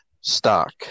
stock